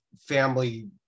family